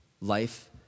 Life